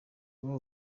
kuba